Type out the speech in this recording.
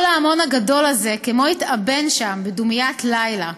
"כל ההמון הגדול הזה כמו התאבן שם בדומיית לילה,